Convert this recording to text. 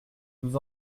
nous